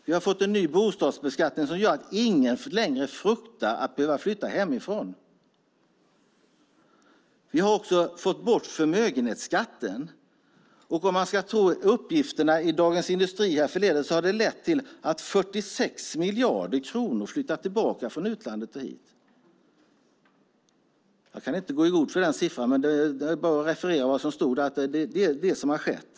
Vi har fått en ny bostadsbeskattning som gör att ingen längre fruktar att behöva flytta hemifrån. Vi har fått bort förmögenhetsskatten. Om man ska tro uppgifterna i Dagens Industri härförleden har det lett till att 46 miljarder kronor har flyttat tillbaka hit från utlandet. Jag kan inte gå i god för siffran, men jag bara refererar vad som stod där - att det är detta som har skett.